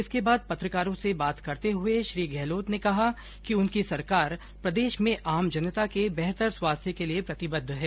इसके बाद पत्रकारों से बात करते हुये श्री गहलोत ने कहा कि उनकी सरकार प्रदेश में आम जनता के बेहतर स्वास्थ्य के लिये प्रतिबद्ध है